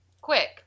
quick